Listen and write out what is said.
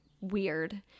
weird